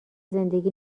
زندگی